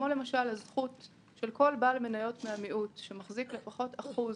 כמו הזכות של כל בעל מניות מהמיעוט שמחזיק לפחות אחוז